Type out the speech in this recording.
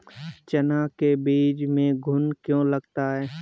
चना के बीज में घुन क्यो लगता है?